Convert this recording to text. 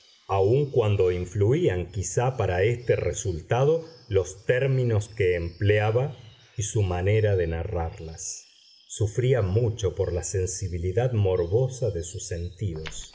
aun cuando influían quizá para este resultado los términos que empleaba y su manera de narrarlas sufría mucho por la sensibilidad morbosa de sus sentidos